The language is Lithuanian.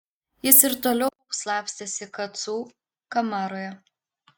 jis ir toliau slapstėsi kacų kamaroje